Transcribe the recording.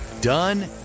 done